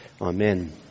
Amen